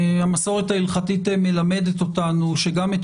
המסורת ההלכתית מלמדת אותנו שגם את